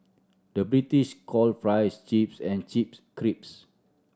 the British call fries chips and chips crisps